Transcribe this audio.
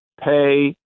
pay